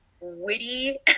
witty